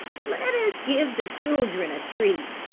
let us give the children a treat.